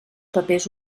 papers